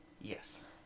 yes